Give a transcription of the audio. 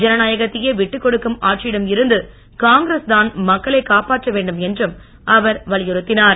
ஜனநாயகத்தையே விட்டு கொடுக்கும் ஆட்சியிடம் இருந்து காங்கிரஸ் தான் மக்களை காப்பாற்ற வேண்டும் என்றும் அவர் வலியுறுத்தினார்